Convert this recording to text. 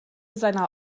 seiner